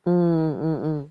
mm mm mm